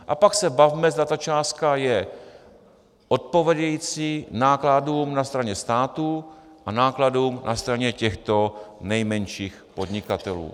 A pak se bavme, zda ta částka je odpovídající nákladům na straně státu a nákladům na straně těchto nejmenších podnikatelů.